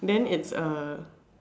then it's a